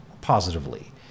positively